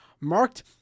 marked